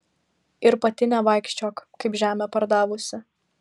ir pati nevaikščiok kaip žemę pardavusi